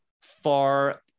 far